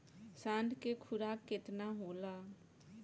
साँढ़ के खुराक केतना होला?